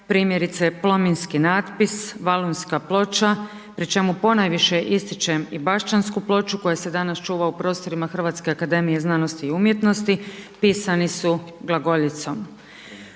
primjerice Plominski natpis, Valunska ploča, pri čemu ponajviše ističem i Baščansku ploču koja se danas čuva u prostorima Hrvatske akademije znanosti i umjetnosti pisani su glagoljicom.